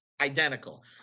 identical